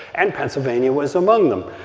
and pennsylvania was among them.